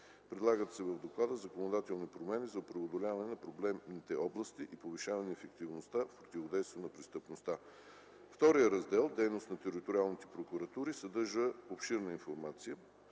Предлагат се в доклада законодателни промени за преодоляване на проблемните области и повишаване ефективността в противодействието на престъпността. Раздел II “Дейност на териториалните прокуратури” съдържа обширна информация.